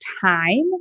time